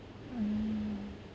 mm